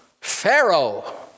Pharaoh